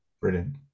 Brilliant